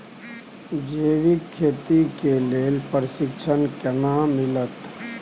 जैविक खेती के लेल प्रशिक्षण केना मिलत?